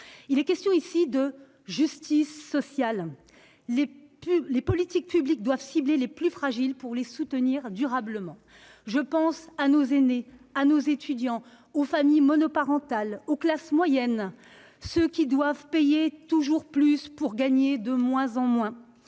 une question de justice sociale : les politiques publiques doivent cibler les plus fragiles pour les soutenir durablement. Je pense à nos aînés, à nos étudiants, aux familles monoparentales, aux classes moyennes, c'est-à-dire à ceux qui doivent payer toujours plus pour gagner de moins en moins.